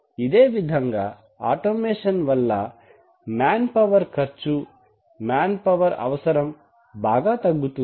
ఇదే విధంగా ఆటోమేషన్ వల్ల మ్యాన్పవర్ ఖర్చు మ్యాన్ పవర్ అవసరం బాగా తగ్గుతుంది